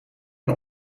een